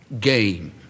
game